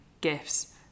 gifts